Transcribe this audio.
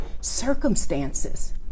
circumstances